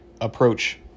approach